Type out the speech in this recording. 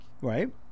Right